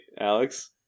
Alex